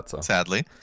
sadly